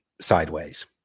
sideways